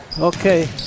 Okay